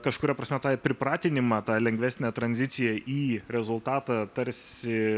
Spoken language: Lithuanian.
kažkuria prasme tai pripratinimą tą lengvesnę tranziciją į rezultatą tarsi